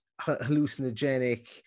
hallucinogenic